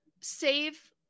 save